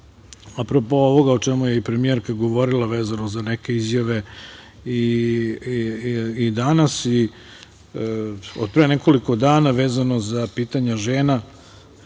apropo ovoga o čemu je i premijerka govorila, vezano za neke izjave i danas i od pre nekoliko dana, vezano za pitanje žena,